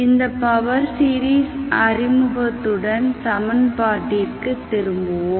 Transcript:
இந்த power series அறிமுகத்துடன் சமன்பாட்டிற்கு திரும்புவோம்